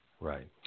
Right